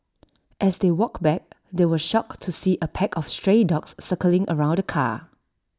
as they walked back they were shocked to see A pack of stray dogs circling around the car